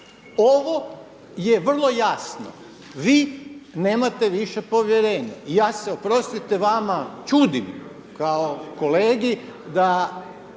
Ovo je vrlo jasno, vi nemate više povjerenje i ja se oprostite vama čudim kao kolegi da